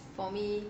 for me